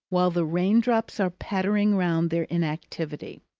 while the raindrops are pattering round their inactivity.